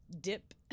dip